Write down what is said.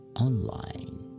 online